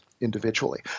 individually